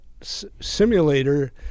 simulator